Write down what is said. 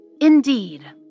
Indeed